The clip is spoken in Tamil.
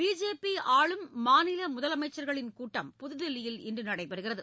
பிஜேபி ஆளும் மாநில முதலமைச்சர்களின் கூட்டம் புதுதில்லியில் இன்று நடைபெறுகிறது